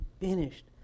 finished